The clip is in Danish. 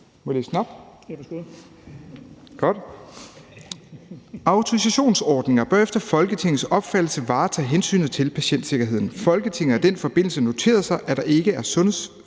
Må jeg læse det op?